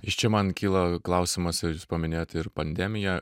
iš čia man kyla klausimas jūs paminėjot ir pandemiją